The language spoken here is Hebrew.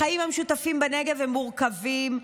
החיים המשותפים בנגב הם מורכבים,